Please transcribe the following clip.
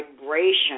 vibration